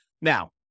Now